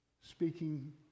speaking